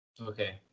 Okay